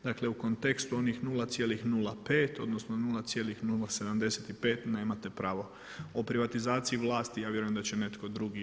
Dakle u kontekstu onih 0,05 odnosno 0,075 nemate pravo, o privatizaciji vlasti ja vjerujem da će netko drugi.